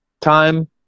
time